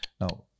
now